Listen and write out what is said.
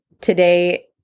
today